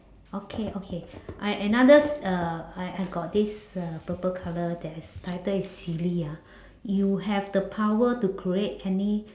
okay okay I another s~ uh I I got this uh purple colour that is title is silly ah you have the power to create any